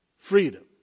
freedom